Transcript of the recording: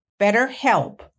BetterHelp